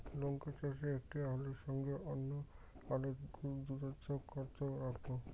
লঙ্কা চাষে একটি আলুর সঙ্গে অন্য আলুর দূরত্ব কত রাখবো?